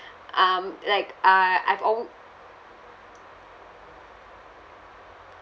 um like uh I've al~